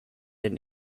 and